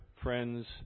friends